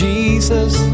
Jesus